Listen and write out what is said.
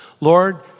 Lord